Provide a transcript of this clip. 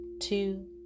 two